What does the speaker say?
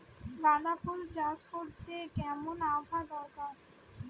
গাঁদাফুল চাষ করতে কেমন আবহাওয়া দরকার?